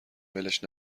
ولش